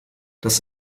das